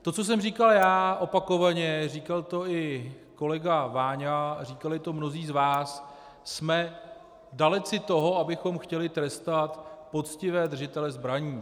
To, co jsem říkal opakovaně, říkal to i kolega Váňa, říkali to mnozí z vás, jsme daleci toho, abychom chtěli trestat poctivé držitele zbraní.